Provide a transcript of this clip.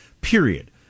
period